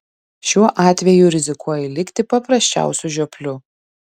šiuo atveju rizikuoji likti paprasčiausiu žiopliu